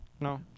No